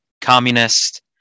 communist